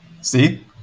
See